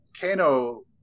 Kano